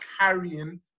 carrying